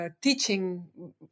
Teaching